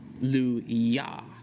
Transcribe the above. Hallelujah